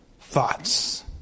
thoughts